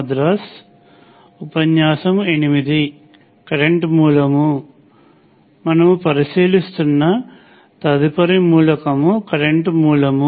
మనము పరిశీలిస్తున్న తదుపరి మూలకం కరెంట్ మూలం